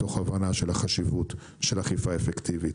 מתוך ההבנה של חשיבות האכיפה האפקטיבית.